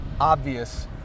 obvious